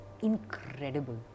incredible